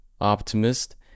optimist